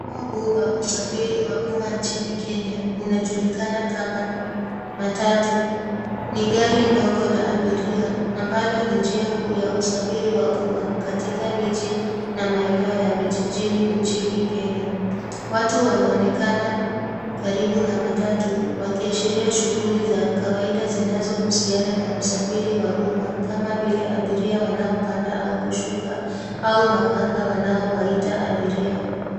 Mfumo huu wa usafiri wa umma nchini Kenya unajulikana kama matatu. Ni gari ndogo la abiria ambalo ni njia kuu ya usafiri wa umma katika miji na maeneo ya vijijini nchini Kenya. Watu wanaonekana karibu na matatu wakiashiria shughuli za kawaida zinazohusiana na usafiri wa umma kama vile abiria wanaopanda au kushuka au makanga wanaowaita abiria.